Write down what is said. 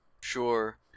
Sure